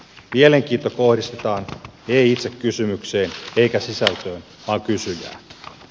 mielenkiinto kohdistetaan ei itse kysymykseen eikä sisältöön vaan kysyjään